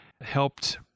helped